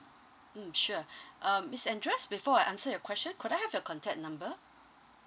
mm sure um miss andra before I answer your question could I have your contact number